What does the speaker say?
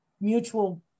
mutual